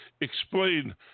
explain